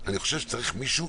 אני חושב שצריך מישהו,